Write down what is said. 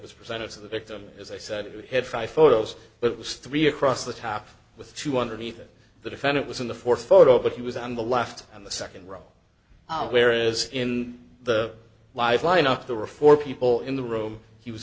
was presented to the victim as i said we had five photos but it was three across the top with two underneath it the defendant was in the fourth photo but he was on the left and the second row whereas in the live line up the reform people in the room he was